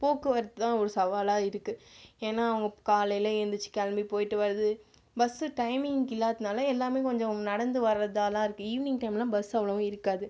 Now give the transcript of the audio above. போக்குவரத்து தான் ஒரு சவாலாக இருக்கு ஏன்னா அவங்க காலையில ஏந்துரிச்சு கிளம்பி போயிவிட்டு வரது பஸ்ஸு டைமிங்க்கு இல்லாததுனால எல்லாமே கொஞ்சம் நடந்து வரதாலாம் இருக்கு ஈவினிங் டைம்லலாம் பஸ்ஸு அவ்வளவு இருக்காது